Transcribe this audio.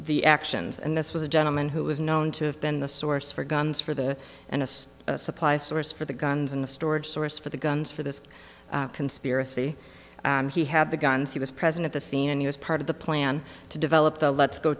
the actions and this was a gentleman who was known to have been the source for guns for the and as a supply source for the guns and the storage source for the guns for this conspiracy he had the guns he was present at the scene and he was part of the plan to develop the let's go